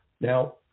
Now